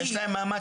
אני מנהלת